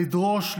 לדרוש,